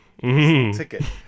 ticket